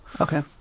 Okay